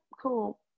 cool